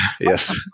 Yes